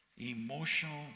emotional